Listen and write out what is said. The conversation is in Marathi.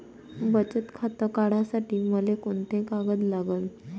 बचत खातं काढासाठी मले कोंते कागद लागन?